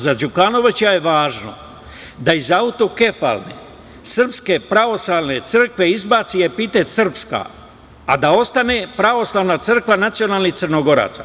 Za Đukanovića je važno da iz autokefalne SPC izbaci epitet srpska, a da ostane pravoslavna crkva nacionalnih Crnogoraca.